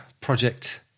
project